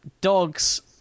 Dogs